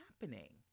happening